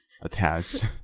attached